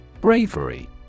Bravery